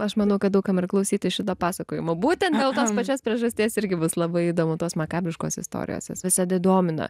aš manau kad daug kam ir klausyti šitą pasakojimą būtent dėl tos pačios priežasties irgi bus labai įdomu tos makabriškos istorijos jos visada domina